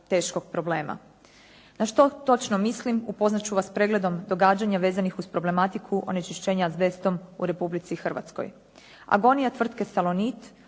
teškog problema. Na što točno mislim? Upoznat ću vas s pregledom događanja vezanih uz problematiku onečišćenja azbestom u Republici Hrvatskoj. Agonija tvrtke "Salonit",